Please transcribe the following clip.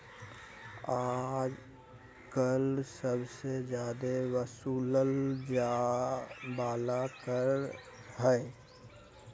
आय कर सबसे जादे वसूलल जाय वाला कर हय